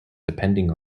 depending